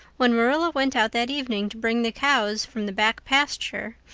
when marilla went out that evening to bring the cows from the back pasture,